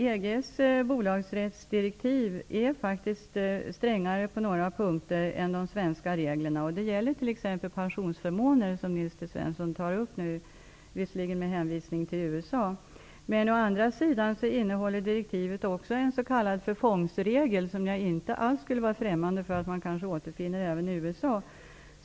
EG:s bolagsrättsdirektiv är faktiskt strängare på några punkter än de svenska reglerna, exempelvis när det gäller pensionsförmåner, som Nils T Svensson tar upp -- visserligen med hänvisning till USA. Å andra sidan innehåller direktivet även en s.k. förfångsregel, som jag inte skulle ställa mig främmande inför att återfinna även i USA.